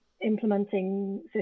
implementing